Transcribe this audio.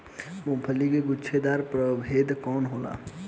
मूँगफली के गुछेदार प्रभेद कौन होला?